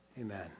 Amen